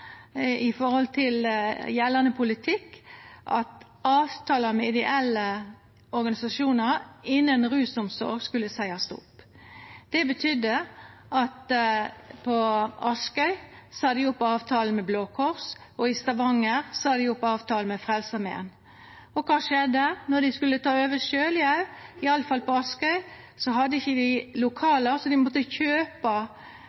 gjeldande politikk, at avtalane med dei ideelle organisasjonane innan rusomsorga skulle seiast opp. Det medførte at på Askøy sa dei opp avtalen med Blå Kors, og i Stavanger sa dei opp avtalen med Frelsesarmeen. Og kva skjedde når dei skulle ta over sjølve? På Askøy i alle fall hadde dei ikkje lokale, så